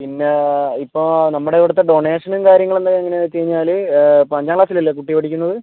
പിന്നെ ഇപ്പോൾ നമ്മുടെ ഇവിടുത്തെ ഡൊണേഷനും കാര്യങ്ങളും എന്താണ് എങ്ങനെയാണെന്ന് വെച്ച് കഴിഞ്ഞാൽ ഇപ്പം അഞ്ചാം ക്ലാസിൽ അല്ലേ കുട്ടി പഠിക്കുന്നത്